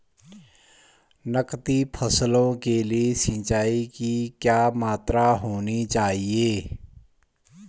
नकदी फसलों के लिए सिंचाई की क्या मात्रा होनी चाहिए?